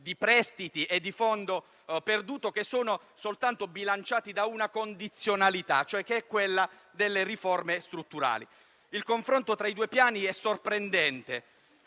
di prestiti a fondo perduto che sono bilanciati soltanto da una condizionalità, quella delle riforme strutturali. Il confronto tra i due Piani è sorprendente: